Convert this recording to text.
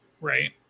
Right